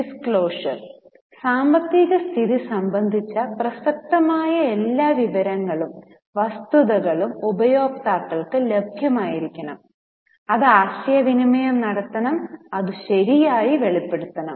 disclosure സാമ്പത്തിക സ്ഥിതി സംബന്ധിച്ച പ്രസക്തമായ എല്ലാ വിവരങ്ങളും വസ്തുതകളും ഉപയോക്താക്കൾക്ക് ലഭ്യമാക്കിയിരിക്കണം അത് ആശയവിനിമയം നടത്തണം അത് ശരിയായി വെളിപ്പെടുത്തണം